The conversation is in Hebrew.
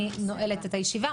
אני נועלת את הישיבה.